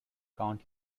count